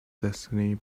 destiny